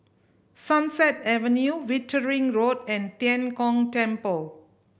Sunset Avenue Wittering Road and Tian Kong Temple